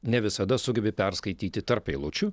ne visada sugebi perskaityti tarp eilučių